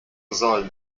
sollen